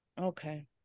Okay